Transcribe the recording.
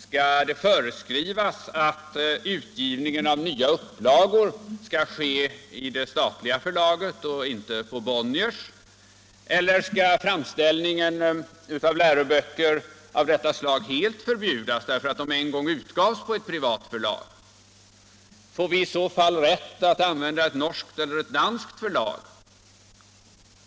Skall det föreskrivas att utgivningen av nya upplagor skall ske vid det statliga förlaget och inte på t.ex. Bonniers? Skall framställningen av läroböcker av detta slag helt förbjudas därför att de en gång utgavs på ett privat förlag? Får vi i så fall rätt att använda ett norskt eller ett danskt förlag?